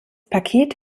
paket